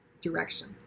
direction